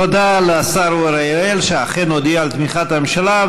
תודה לשר אורי אריאל, שאכן הודיע על תמיכת הממשלה.